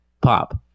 Pop